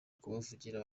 kubavugira